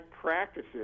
practices